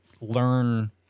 learn